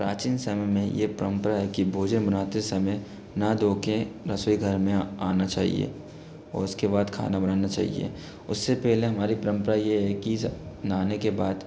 प्राचीन समय में ये परंपरा है कि भोजन बनाते समय नहा धो के रसोई घर में आना चाहिए उसके बाद खाना बनाना चाहिए उससे पहले हमारी परंपरा ये है कि नहाने के बाद